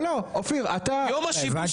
יום השיבוש